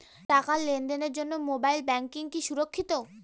টাকা লেনদেনের জন্য মোবাইল ব্যাঙ্কিং কি সুরক্ষিত?